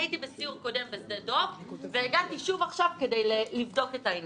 הייתי בסיור קודם בשדה דב והגעתי שוב עכשיו כדי לבדוק את העניין.